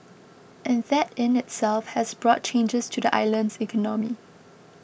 and that in itself has brought changes to the island's economy